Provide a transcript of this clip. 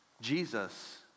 Jesus